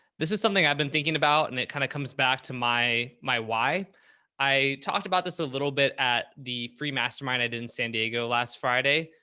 this is something i've been thinking about and it kind of comes back to my, my, why i talked about this a little bit at the free mastermind. i did in san diego last friday,